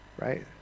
right